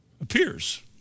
appears